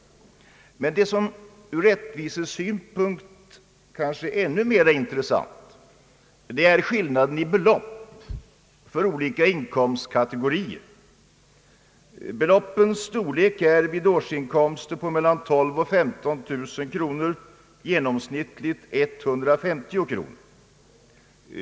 Men det som ur rättvisesynpunkt kanske är ännu mer intressant är skillnaden i belopp för olika inkomstkategorier. Beloppets storlek vid årsinkomster på mellan 12000 och 15 000 kronor är genomsnittligt 150 kronor.